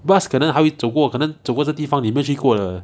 bus 可能还会走过可能走过的地方你没有去过的